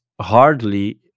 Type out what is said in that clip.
hardly